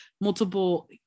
multiple